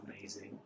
amazing